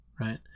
right